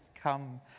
come